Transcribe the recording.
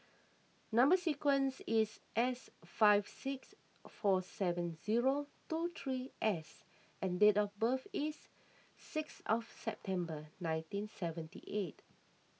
Number Sequence is S five six four seven zero two three S and date of birth is six of September nineteen seventy eight